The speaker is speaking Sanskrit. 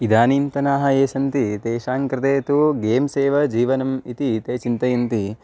इदानीन्तनाः ये सन्ति तेषां कृते तु गेम्स् एव जीवनम् इति ते चिन्तयन्ति